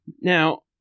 Now